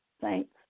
Thanks